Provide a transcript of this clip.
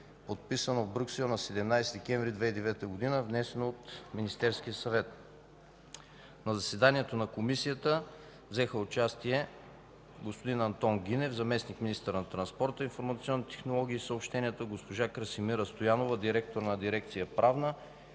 подписано в Брюксел на 17 декември 2009 г., внесен от Министерския съвет. В заседанието на Комисията взеха участие господин Антон Гинев – заместник-министър на транспорта, информационните технологии и съобщенията, госпожа Красимира Стоянова – директор на дирекция „Правна”